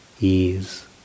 ease